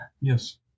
Yes